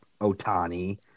Otani